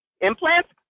implants